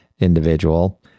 individual